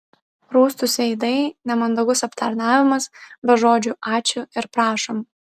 rūstūs veidai nemandagus aptarnavimas be žodžių ačiū ir prašom